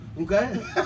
Okay